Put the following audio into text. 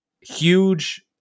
huge